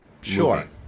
Sure